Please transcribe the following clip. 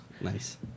Nice